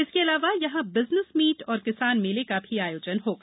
इसके अलावा यहां बिजनेस मीट और किसान मेले का भी आयोजन होगा